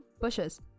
bushes